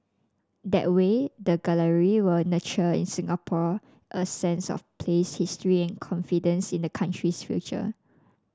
that way the gallery will nurture in Singapore a sense of place history and confidence in the country's future